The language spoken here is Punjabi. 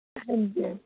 ਹਾਂਜੀ ਹਾ